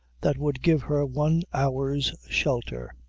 that would give her one hour's shelter.